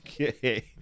Okay